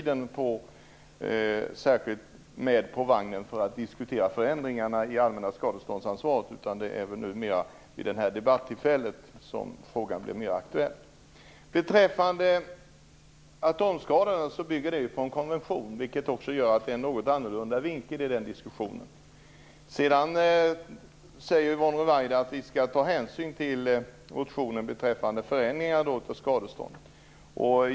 Man var inte med på vagnen och diskuterade förändringar i det allmännas skadeståndsansvar under motionstiden. Det är vid detta debattillfälle som frågan blir mer aktuell. Beträffande bestämmelserna om atomskador kan jag säga att de bygger på en konvention, vilket gör att det blir en något annorlunda vinkel i den diskussionen. Yvonne Ruwaida säger att vi skall ta hänsyn till motionen beträffande förändringar av skadeståndet.